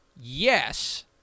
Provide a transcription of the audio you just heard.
yes